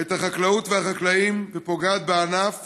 את החקלאות והחקלאים ופוגעת בענף